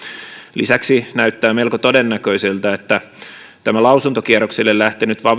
lisäksi näyttää melko todennäköiseltä että tämä lausuntokierrokselle lähtenyt